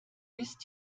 wisst